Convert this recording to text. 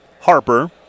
Harper